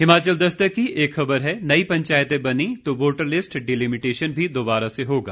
हिमाचल दस्तक की एक खबर है नई पंचायतें बनीं तो वोटर लिस्ट डिलिमिटेशन भी दोबारा से होगा